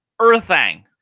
Earthang